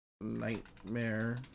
Nightmare